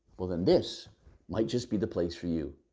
well then this might just be the place for you.